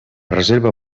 reserva